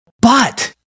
but-